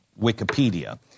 Wikipedia